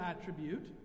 attribute